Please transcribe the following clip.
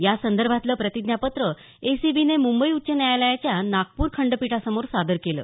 या संदर्भातलं प्रतिज्ञापत्र एसीबीने मुंबई उच्च न्यायालयाच्या नागपूर खंडपीठासमोर सादर केलं